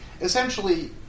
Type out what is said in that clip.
Essentially